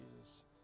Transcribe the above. Jesus